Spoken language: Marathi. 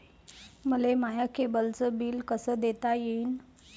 मले माया केबलचं बिल कस देता येईन?